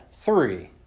Three